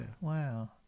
wow